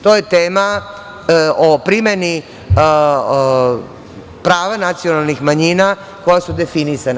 To je tema o primeni prava nacionalnih manjina koja su definisana.